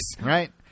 right